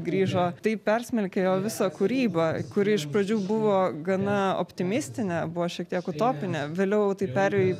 grįžo tai persmelkė jo visą kūrybą kuri iš pradžių buvo gana optimistinė buvo šiek tiek utopinė vėliau tai perėjo į